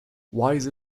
wise